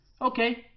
Okay